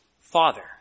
Father